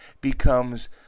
becomes